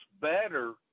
better